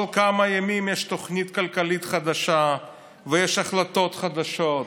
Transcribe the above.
כל כמה ימים יש תוכנית כלכלית חדשה ויש החלטות חדשות,